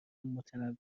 متنوع